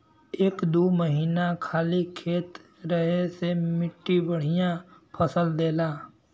एक दू महीना खाली खेत रहे से मट्टी बढ़िया फसल देला